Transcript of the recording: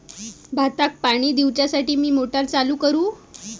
भाताक पाणी दिवच्यासाठी मी मोटर चालू करू?